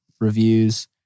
reviews